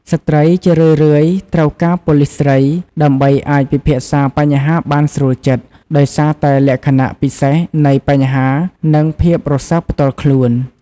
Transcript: ស្ត្រីជារឿយៗ ត្រូវការប៉ូលិសស្រី ដើម្បីអាចពិភាក្សាបញ្ហាបានស្រួលចិត្ត ដោយសារតែលក្ខណៈពិសេសនៃបញ្ហា និងភាពរសើបផ្ទាល់ខ្លួន។